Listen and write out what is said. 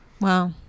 Wow